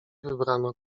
wybrano